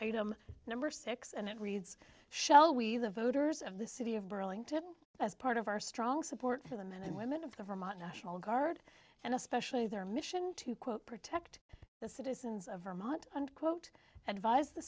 item number six and it reads shall we the voters of the city of burlington as part of our strong support for the men and women of the vermont national guard and especially their mission to quote protect the citizens of vermont unquote advise the